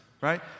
right